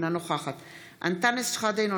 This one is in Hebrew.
אינה נוכחת אנטאנס שחאדה,